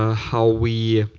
ah how we